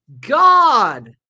God